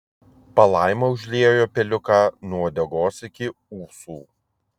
palaima užliejo peliuką nuo uodegos iki ūsų